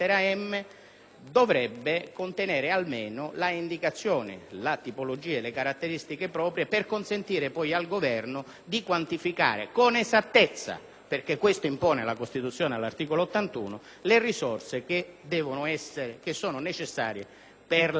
dovrebbe contenere almeno l'indicazione, la tipologia e le caratteristiche proprie per consentire poi al Governo di quantificare con esattezza - perché questo impone l'articolo 81 della Costituzione - le risorse necessarie per la copertura.